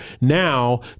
now